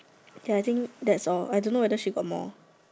ya I think that's all I don't know whether she got more